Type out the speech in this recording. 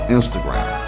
Instagram